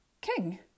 King